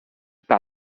par